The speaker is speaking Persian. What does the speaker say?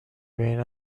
بین